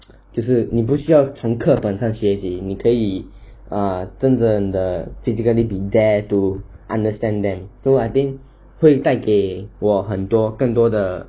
就是你不需要从课本上学习你可以 uh 真正的 physically be there to understand them so I think 会带给我很多更多的